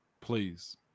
please